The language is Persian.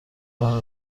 راه